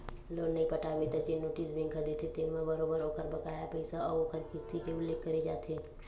loan नइ पटाबे त जेन नोटिस बेंक ह देथे तेन म बरोबर ओखर बकाया पइसा अउ ओखर किस्ती के उल्लेख करे जाथे